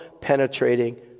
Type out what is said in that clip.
penetrating